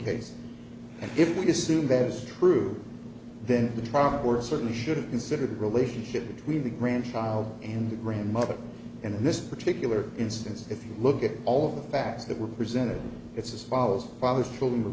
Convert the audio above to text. and if we assume that is true then the trabant were certainly should have considered the relationship between the grandchild and the grandmother and the particular instance if you look at all of the facts that were presented it's as follows father's children were